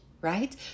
Right